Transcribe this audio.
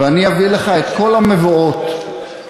ואני אביא לך את כל המובאות בהלכה